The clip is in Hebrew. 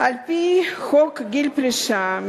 הצעת חוק גיל פרישה,